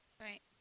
Right